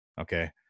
Okay